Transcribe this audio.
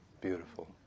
Beautiful